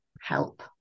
help